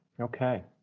Okay